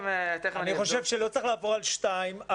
אני חושב שלא צריך לעבור על (2א3),